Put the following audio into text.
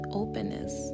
openness